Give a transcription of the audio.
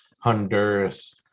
Honduras